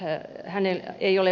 on hänellä ei ole